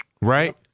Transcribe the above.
Right